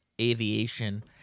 aviation